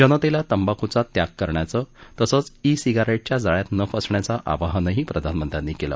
जनतेला तंबाखूचा त्याग करण्याचं तसंच ई सिगारेटच्या जाळ्यात न फसण्याचं आवाहनही प्रधानमंत्र्यांनी केलं